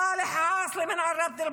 סאלח עאסלה מעראבה,